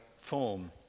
form